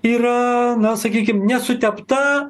yra na sakykim nesutepta